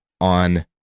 on